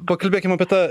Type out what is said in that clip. pakalbėkim apie tą